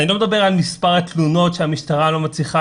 אני לא מדבר על מספר התלונות שהמשטרה לא מצליחה